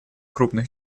крупных